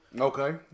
Okay